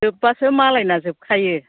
जोबबासो मालायना जोबखायो